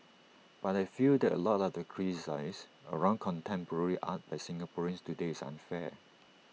but I feel that A lot of the criticise around contemporary art by Singaporeans today is unfair